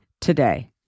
today